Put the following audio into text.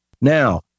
Now